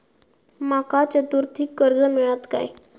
माका चतुर्थीक कर्ज मेळात काय?